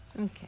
Okay